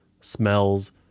smells